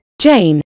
Jane